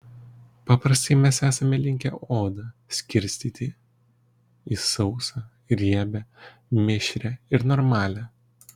paprastai mes esame linkę odą skirstyti į sausą riebią mišrią ir normalią